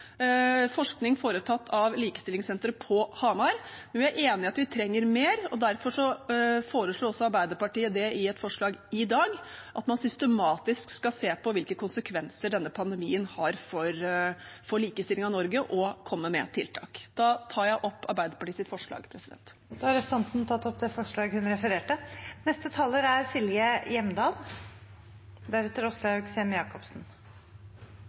forskning foretatt av Likestillingssenteret på Hamar, men vi er enig i at vi trenger mer, og derfor foreslår også Arbeiderpartiet i et forslag i dag at man systematisk skal se på hvilke konsekvenser denne pandemien har for likestillingen i Norge, og komme med tiltak. Jeg tar opp Arbeiderpartiets forslag. Da har representanten Anette Trettebergstuen tatt opp det forslaget hun refererte